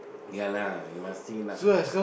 yeah lah you must see lah